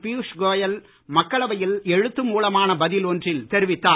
பியூஷ் கோயல் மக்களவையில் எழுத்து மூலமான பதில் ஒன்றில் தெரிவித்தார்